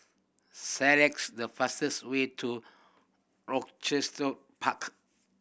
select the fastest way to Rochester Park